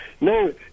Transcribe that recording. No